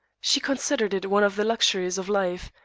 she considered it one of the luxuries of life,